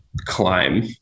climb